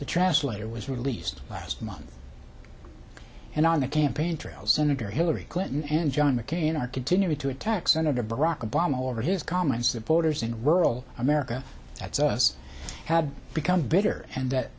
the translator was released last month and on the campaign trail senator hillary clinton and john mccain are continuing to attack senator barack obama over his comments that voters in rural america that's us had become bigger and that